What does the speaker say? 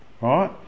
right